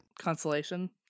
Consolation